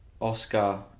Oscar